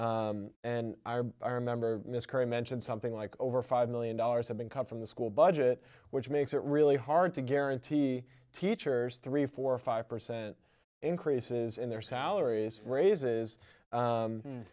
and i remember miss kerr mentioned something like over five million dollars have been cut from the school budget which makes it really hard to guarantee teachers three four five percent increases in their salaries raises